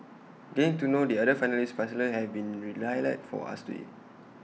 getting to know the other finalists personally have been relight light for us today